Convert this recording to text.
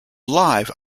live